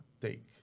take